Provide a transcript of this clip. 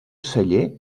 celler